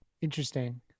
interesting